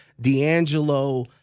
D'Angelo